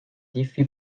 défi